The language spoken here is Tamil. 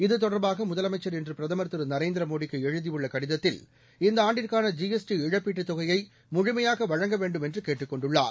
இது தொடர்பாக முதலமைச்சா் இன்று பிரதமா் திரு நரேந்திரமோடிக்கு எழுதியுள்ள கடிதத்தில் இந்த ஆண்டுக்கான ஜி எஸ் டி இழப்பீட்டுத் தொகையை முழுமையாக வழங்க வேண்டுமென்று கேட்டுக் கொண்டுள்ளார்